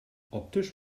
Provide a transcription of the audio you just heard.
optisch